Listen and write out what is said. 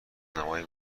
نمایی